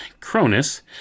Cronus